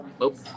nope